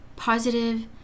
positive